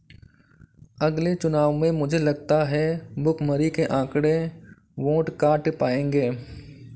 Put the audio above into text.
अगले चुनाव में मुझे लगता है भुखमरी के आंकड़े वोट काट पाएंगे